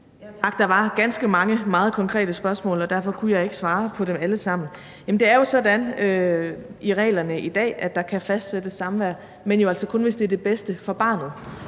mange meget konkrete spørgsmål, og derfor kunne jeg ikke svare på dem alle sammen. Det er jo sådan i reglerne i dag, at der kan fastsættes samvær, men jo altså kun, hvis det er det bedste for barnet.